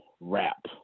rap